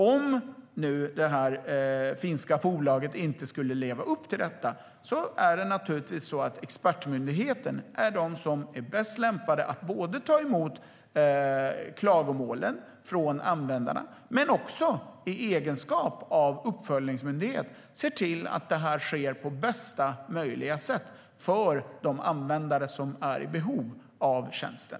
Om nu det här finska bolaget inte skulle leva upp till detta är det naturligtvis expertmyndigheten som är bäst lämpad att ta emot klagomålen från användarna men också i egenskap av uppföljningsmyndighet se till att det här sker på bästa möjliga sätt för de användare som är i behov av tjänsten.